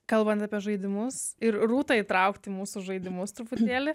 kalbant apie žaidimus ir rūtą įtraukt į mūsų žaidimus truputėlį